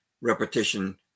repetition